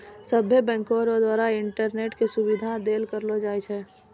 सभ्भे बैंको द्वारा इंटरनेट के सुविधा देल करलो जाय छै